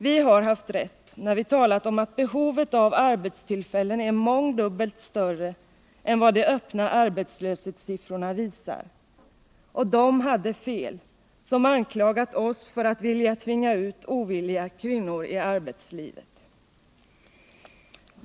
Vi har haft rätt, när vi talat om att behovet av arbetstillfällen är mångdubbelt större än vad de öppna arbetslöshetssiffrorna visar, och de hade fel, som anklagade oss för att vilja tvinga ut ovilliga kvinnor i arbetslivet.